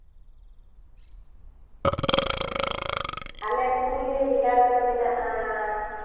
ᱟᱞᱮ ᱯᱩᱨᱩᱞᱤᱭᱟᱹ ᱡᱮᱞᱟ ᱨᱮᱫᱚ ᱢᱮᱱᱟᱜᱼᱟ